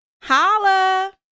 Holla